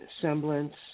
semblance